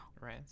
right